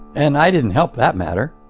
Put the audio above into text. and i didn't help that matter.